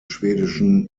schwedischen